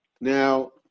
Now